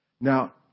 Now